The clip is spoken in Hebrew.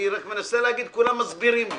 אני רק מנסה להגיד, כולם מסבירים לי.